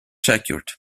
secured